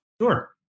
Sure